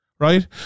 Right